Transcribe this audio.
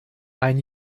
ein